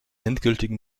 endgültigen